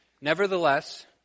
nevertheless